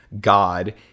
god